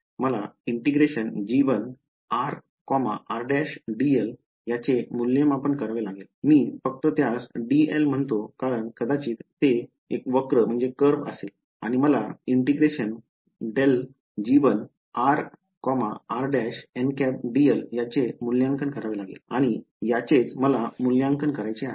मलायाचे मूल्यमापन करावे लागेल मी फक्त त्यास डीएल म्हणतो कारण कदाचित ते वक्र असेल आणि मला याचे मूल्यांकन करावे लागेल आणि याचेच मला मूल्यांकन करायचे आहे